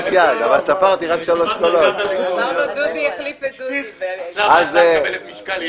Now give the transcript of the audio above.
עכשיו ההצעה מקבלת משקל.